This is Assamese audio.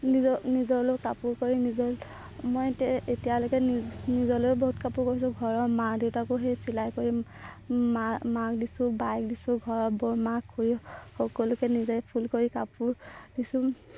নিজৰ নিজলও কাপোৰ কৰি নিজৰ মই এতিয়ালৈকে নিজলও বহুত কাপোৰ কৰিছোঁ ঘৰৰ মা দেউতাকো সেই চিলাই কৰি মাক দিছোঁ বাক দিছোঁ ঘৰৰ বৰমাক খুৰী সকলোকে নিজেই ফুল কৰি কাপোৰ দিছোঁ